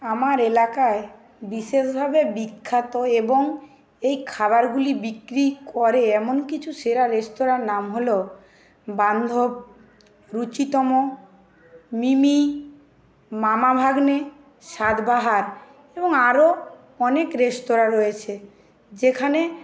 আমার এলাকায় বিশেষভাবে বিখ্যাত এবং এই খাবারগুলি বিক্রি করে এমন কিছু সেরা রেস্তরাঁর নাম হলো বান্ধব রুচিতম মিমি মামা ভাগ্নে স্বাদবাহার এবং আরও অনেক রেস্তরাঁ রয়েছে যেখানে